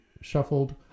shuffled